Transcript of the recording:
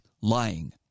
lying